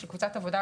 של קבוצת עבודה,